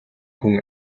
хүн